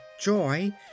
joy